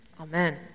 Amen